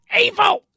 evil